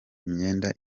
imyenda